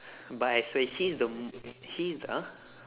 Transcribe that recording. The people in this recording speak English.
but I swear he's the m~ he's the !huh!